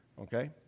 okay